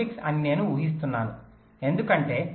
6 అని నేను ఊహిస్తున్నాను ఎందుకంటే 0